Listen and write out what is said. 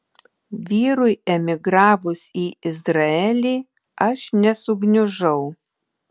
vyrui emigravus į izraelį aš nesugniužau